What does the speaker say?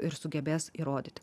ir sugebės įrodyti